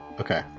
okay